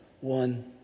one